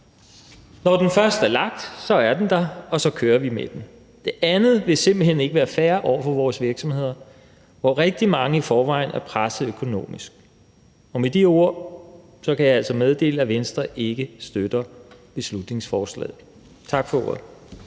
Når den først er lagt, så er den der, og så kører vi med den. Det andet vil simpelt hen ikke være fair over for vores virksomheder, hvor rigtig mange i forvejen er presset økonomisk. Og med de ord kan jeg altså meddele, at Venstre ikke støtter beslutningsforslaget. Tak for ordet.